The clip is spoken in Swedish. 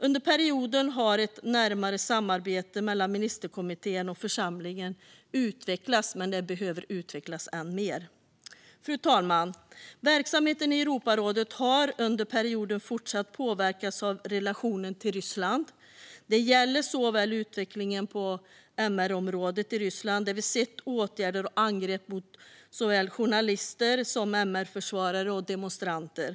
Under perioden har ett närmare samarbete mellan ministerkommittén och församlingen utvecklats, men det behöver utvecklas än mer. Fru talman! Verksamheten i Europarådet har under perioden fortsatt att påverkas av relationen till Ryssland. Det gäller utvecklingen på MRområdet i Ryssland, där vi sett åtgärder och angrepp mot såväl journalister som MR-försvarare och demonstranter.